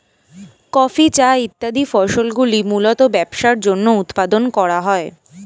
coffee, চা ইত্যাদি ফসলগুলি মূলতঃ ব্যবসার জন্য উৎপাদন করা হয়